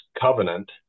covenant